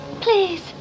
Please